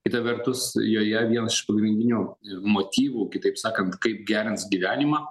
kita vertus joje vienas iš pagrindinių motyvų kitaip sakant kaip gerins gyvenimą